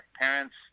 parents